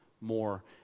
more